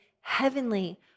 heavenly